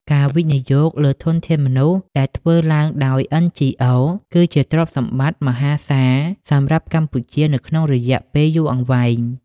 ការវិនិយោគលើធនធានមនុស្សដែលធ្វើឡើងដោយ NGOs គឺជាទ្រព្យសម្បត្តិមហាសាលសម្រាប់កម្ពុជានៅក្នុងរយៈពេលយូរអង្វែង។